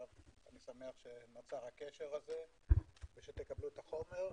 אני שמח שנוצר הקשר הזה ושתקבלו את החומר.